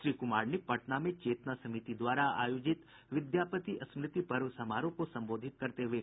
श्री कुमार ने पटना में चेतना समिति द्वारा आयोजित विद्यापति स्मृति पर्व समारोह को संबोधित कर रहे थे